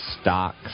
stocks